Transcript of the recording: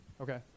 okay